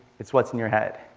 it's what's in your head.